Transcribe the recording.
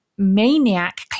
maniac